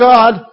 God